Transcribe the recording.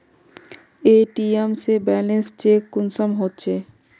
ATM से balance check कुंसम होचे?